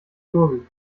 gurgel